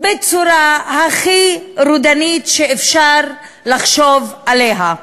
בצורה הכי רודנית שאפשר לחשוב עליה.